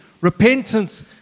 Repentance